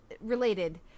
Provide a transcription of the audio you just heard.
related